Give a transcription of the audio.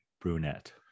brunette